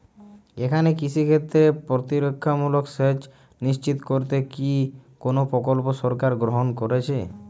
এখানে কৃষিক্ষেত্রে প্রতিরক্ষামূলক সেচ নিশ্চিত করতে কি কোনো প্রকল্প সরকার গ্রহন করেছে?